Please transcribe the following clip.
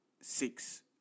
six